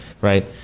right